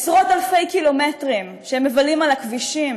עשרות-אלפי קילומטרים שהם מבלים על הכבישים.